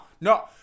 no